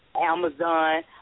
Amazon